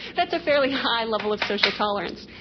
that's a fairly high level of social tolerance.